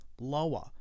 lower